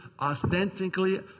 authentically